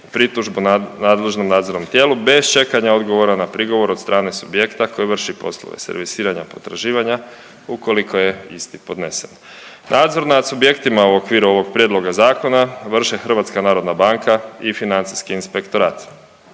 pritužbu nadležnom nadzornom tijelu bez čekanja odgovora na prigovor od strane subjekta koje vrši poslove servisiranja potraživanja ukoliko je isti podnesen. Nadzor nad subjektima u okviru ovog prijedloga zakona vrše HNB i financijski inspektorat.